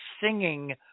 singing